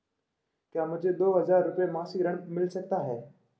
क्या मुझे दो हज़ार रुपये मासिक ऋण मिल सकता है?